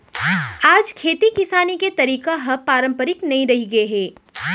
आज खेती किसानी के तरीका ह पारंपरिक नइ रहिगे हे